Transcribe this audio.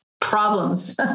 problems